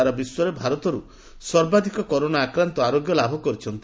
ସାରା ବିଶ୍ୱରେ ଭାରତରୁ ସର୍ବାଧିକ କରୋନା ଆକ୍ରାନ୍ତ ଆରୋଗ୍ୟଲାଭ କରିଛନ୍ତି